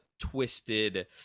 twisted